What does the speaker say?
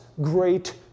great